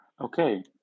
Okay